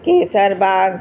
Kaiserbagh